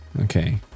Okay